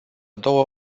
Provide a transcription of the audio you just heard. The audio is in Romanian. două